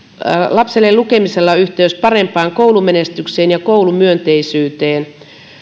lapselle lukemisella on yhteys parempaan koulumenestykseen ja koulumyönteisyyteen